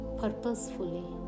purposefully